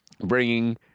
bringing